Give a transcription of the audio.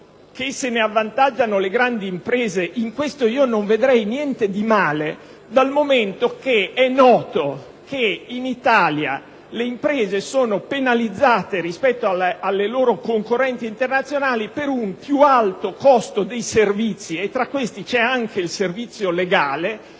che se ne avvantaggiano le grandi imprese, in questo non vedrei niente di male, dal momento che è noto che in Italia le imprese sono penalizzate rispetto alle loro concorrenti internazionali per un più alto costo dei servizi - e tra questi c'è anche il servizio legale